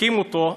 והקים אותו.